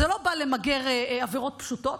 זה לא בא למגר עבירות פשוטות,